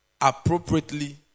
appropriately